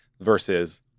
versus